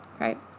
Right